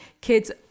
kids